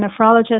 nephrologist